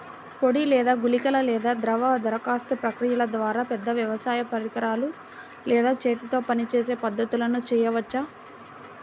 పొడి లేదా గుళికల లేదా ద్రవ దరఖాస్తు ప్రక్రియల ద్వారా, పెద్ద వ్యవసాయ పరికరాలు లేదా చేతితో పనిచేసే పద్ధతులను చేయవచ్చా?